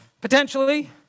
potentially